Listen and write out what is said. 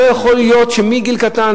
לא יכול להיות שמגיל צעיר,